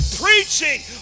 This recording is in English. Preaching